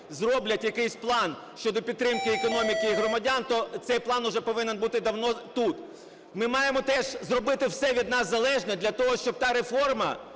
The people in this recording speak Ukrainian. зроблять якийсь план щодо підтримки економіки і громадян, то цей план уже повинен бути давно тут. Ми маємо теж зробити все від нас залежне для того, щоб та реформа,